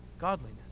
godliness